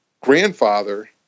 grandfather